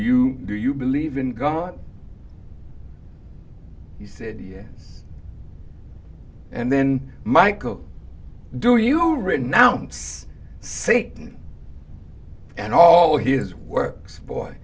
you do you believe in god he said yes and then michael do you all written down satan and all his works boy